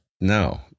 no